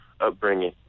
upbringing